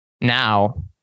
Now